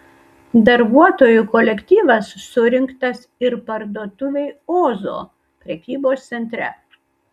darbuotojų kolektyvas surinktas ir parduotuvei ozo prekybos centre